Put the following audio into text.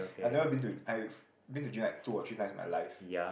I never been to I've been to gym like two or three times in my life